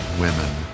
women